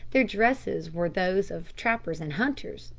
their dresses were those of trappers and hunters,